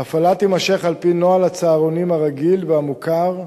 ההפעלה תימשך על-פי נוהל הצהרונים הרגיל והמוכר,